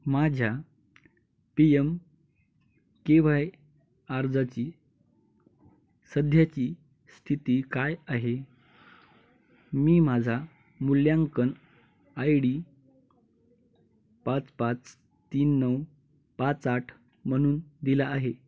माझ्या P M K Y अर्जाची सध्याची स्थिती काय आहे मी माझा मूल्यांकन आय डी पाच पाच तीन नऊ पाच आठ म्हणून दिला आहे